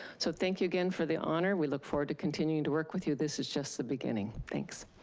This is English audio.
so thank you again for the honor. we look forward to continuing to work with you. this is just the beginning. thanks.